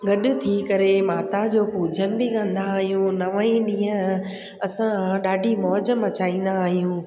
गॾु थी करे माता जो पुॼनि बि कंदा आहियूं नव ई ॾींहं असां ॾाढी मौज मचाईंदा आहियूं